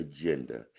agenda